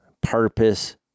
purpose